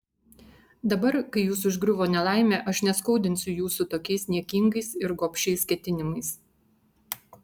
dabar kai jus užgriuvo nelaimė aš neskaudinsiu jūsų tokiais niekingais ir gobšiais ketinimais